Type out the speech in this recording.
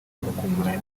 bakungurana